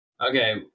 Okay